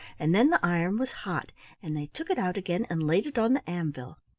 and then the iron was hot and they took it out again and laid it on the anvil.